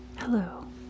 Hello